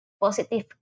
positive